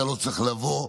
אתה לא צריך לבוא,